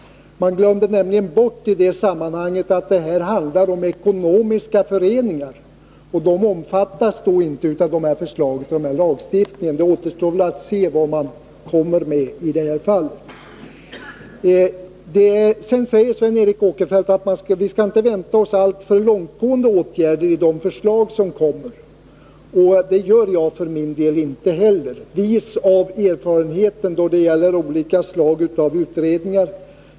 Man glömde nämligen i detta sammanhang bort att det här handlar om ekonomiska föreningar. Dessa omfattas inte av förslagen till lagstiftning. Det återstår därför att se vad man i detta fall kommer att göra. Sven Eric Åkerfeldt säger att vi inte skall vänta oss alltför långtgående åtgärder i de förslag som skall komma. Det gör jag för min del inte heller — vis av erfarenheten då det gäller olika slag av utredningar.